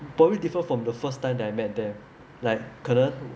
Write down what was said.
probably different from the first time that I met there like 可能